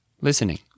listening